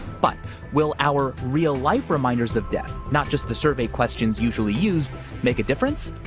but will our real life reminders of death, not just the survey questions usually used make a difference?